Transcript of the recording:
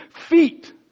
feet